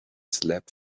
slept